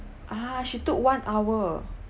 ah she took one hour